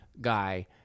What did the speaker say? guy